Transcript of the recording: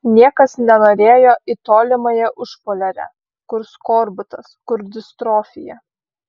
niekas nenorėjo į tolimąją užpoliarę kur skorbutas kur distrofija